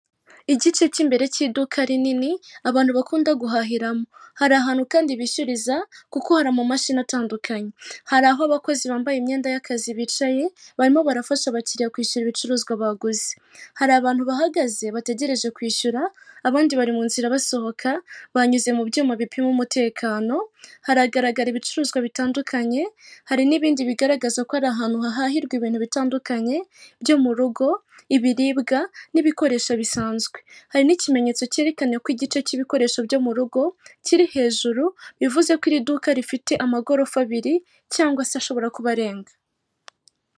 Igice cy'imbere cy'iduka rinini abantu bakunda guhahiramo, hari ahantu kandi bishyuriza kuko hari amamashini atandukanye, hari aho abakozi bambaye imyenda y'akazi bicaye barimo barafasha abakiriya kwishyura ibicuruzwa baguze ,hari abantu bahagaze bategereje kwishyura abandi bari mu nzira basohoka banyuze mu byuma bipima umutekano ,haragaragara ibicuruzwa bitandukanye hari n'ibindi bigaragaza ko ari ahantu hahahirwa ibintu bitandukanye byo mu rugo ibiribwa n'ibikoresho bisanzwe. Hari n'ikimenyetso cyerekana ko igice cy'ibikoresho byo mu rugo kiri hejuru bivuze ko iri duka rifite amagorofa abiri cyangwa se ashobora kuba arenga.